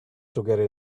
together